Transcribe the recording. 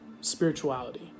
spirituality